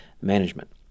management